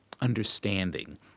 understanding